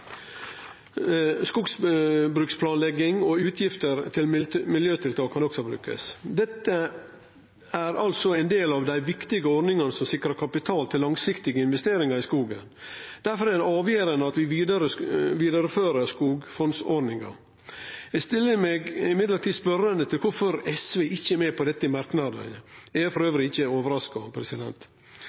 skogbruksplanlegging og miljøtiltak. Dette er altså ein del av dei viktige ordningane som sikrar kapital til langsiktige investeringar i skogen. Difor er det avgjerande at vi vidarefører skogfondsordninga. Eg stiller meg likevel spørjande til kvifor SV ikkje er med på dette i merknadene, men er eigentleg ikkje overraska.